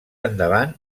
endavant